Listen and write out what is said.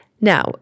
Now